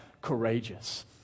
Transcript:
Courageous